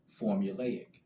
formulaic